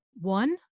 One